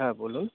হ্যাঁ বলুন